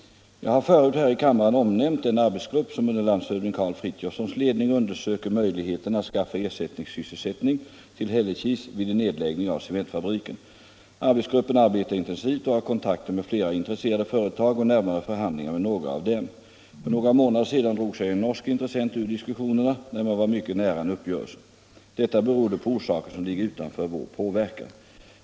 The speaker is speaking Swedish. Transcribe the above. Jag har förut här i kammaren omnämnt den arbetsgrupp som under landshövding Karl Frithiofsons ledning undersöker möjligheterna att skaffa ersättningssysselsättning till Hällekis vid en nedläggning av cementfabriken. Arbetsgruppen arbetar intensivt och har kontakter med flera intresserade företag och närmare förhandlingar med några av dem. För några månader sedan drog sig en norsk intressent ur diskussionerna, trygga sysselsättningen i Hällekis när man var mycket nära en uppgörelse. Detta berodde på sådant som ligger utanför vår påverkan.